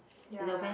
ya